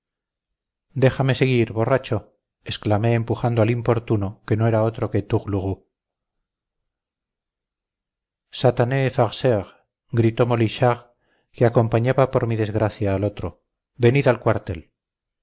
déjame seguir borracho exclamé empujando al importuno que no era otro que tourlourou satané farceur gritó molichard que acompañaba por mi desgracia al otro venid al cuartel